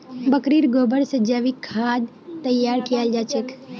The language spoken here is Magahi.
बकरीर गोबर से जैविक खाद तैयार कियाल जा छे